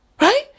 right